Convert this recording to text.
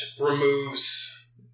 removes